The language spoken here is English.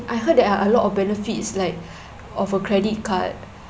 I heard there are a lot of benefits like of a credit card